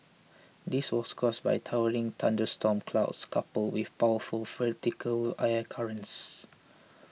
this was caused by towering thunderstorm clouds coupled with powerful vertical air currents